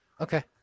Okay